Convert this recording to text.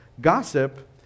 gossip